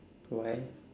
why